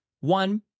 One